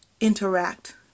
interact